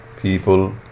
people